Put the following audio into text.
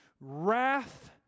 Wrath